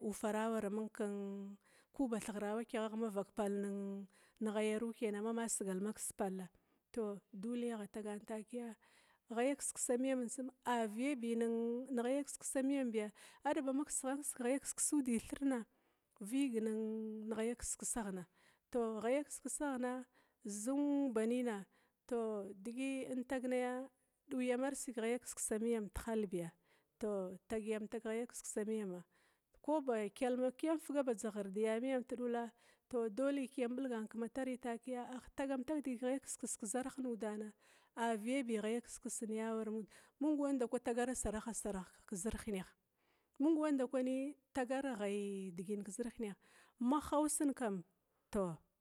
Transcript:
Uffara waramung kun kuba thighara wakyagha ma vak pall ghayaru kena mama sigal vakavak pall tou deli agha tagana takia ai kiskisamiyam tsum a viyabu ghaya miyam biya adaba ma kisghant kisig keghaya udithirna viga nin ghaya kiskisghna tou ghaya kiski saghna zung ba nina tou digit intag naya duyamantbi keghaya kiskisa miyam tihalbiya tou tag yamtag keghaya kiskisa miyama ko ba kyalma kiyam figa ba dzaghir di yami tudula dole kiyu bilgana kematari takia ah tagam tagdigi keghaya kiskisana kezara mung wan dakwi tagar asarah asarah kezarana ko ma hineh, mung wanda kwi tagar ghayi digin kezir hineh ma hausen kam